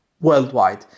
worldwide